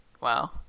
Wow